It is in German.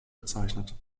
bezeichnet